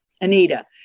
Anita